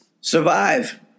Survive